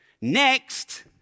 Next